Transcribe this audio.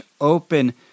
open